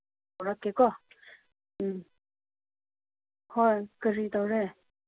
ꯇꯧꯔꯛꯀꯦꯀꯣ ꯎꯝ ꯍꯣꯏ ꯀꯔꯤ ꯇꯧꯔꯦ